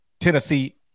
Tennessee